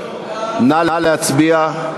נא להצביע.